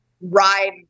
ride